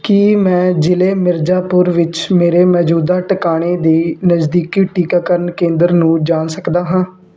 ਕੀ ਮੈਂ ਜ਼ਿਲ੍ਹੇ ਮਿਰਜ਼ਾਪੁਰ ਵਿੱਚ ਮੇਰੇ ਮੌਜੂਦਾ ਟਿਕਾਣੇ ਦੇ ਨਜ਼ਦੀਕੀ ਟੀਕਾਕਰਨ ਕੇਂਦਰ ਨੂੰ ਜਾਣ ਸਕਦਾ ਹਾਂ